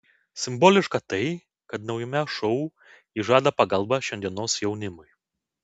simboliška tai kad naujame šou ji žada pagalbą šiandienos jaunimui